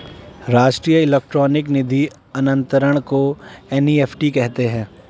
राष्ट्रीय इलेक्ट्रॉनिक निधि अनंतरण को एन.ई.एफ.टी कहते हैं